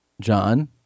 John